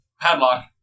Padlock